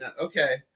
Okay